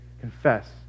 Confess